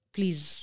Please